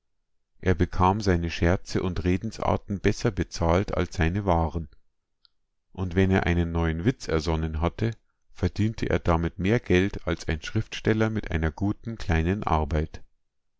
er bekam seine scherze und redensarten besser bezahlt als seine waren und wenn er einen neuen witz ersonnen hatte verdiente er damit mehr geld als ein schriftsteller mit einer guten kleinen arbeit